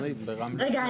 רגע,